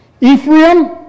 Ephraim